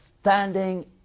standing